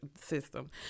System